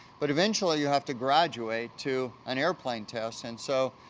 but, eventually, you have to graduate to an airplane test and, so,